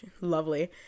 Lovely